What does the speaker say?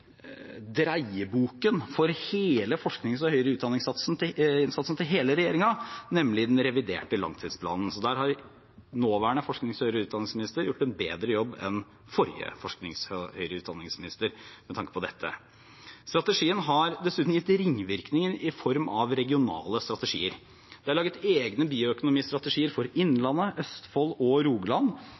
dreieboken for hele forsknings- og høyere utdanningsinnsatsen til hele regjeringen, nemlig den reviderte langtidsplanen. Der har den nåværende forsknings- og høyere utdanningsministeren gjort en bedre jobb enn den forrige. Strategien har dessuten gitt ringvirkninger i form av regionale strategier. Det er laget egne bioøkonomistrategier for Innlandet, Østfold og Rogaland,